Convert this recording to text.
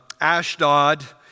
Ashdod